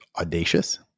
audacious